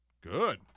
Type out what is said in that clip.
Good